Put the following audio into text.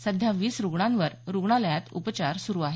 सध्या वीस रुग्णांवर रुग्णालयात उपचार सुरू आहेत